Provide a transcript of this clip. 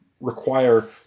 require